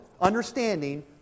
understanding